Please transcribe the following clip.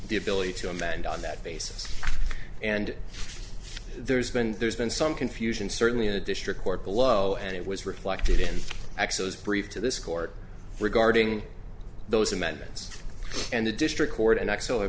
the ability to amend on that basis and there's been there's been some confusion certainly in the district court below and it was reflected in access brief to this court regarding those amendments and the district court and